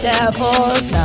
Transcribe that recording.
Devil's